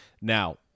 Now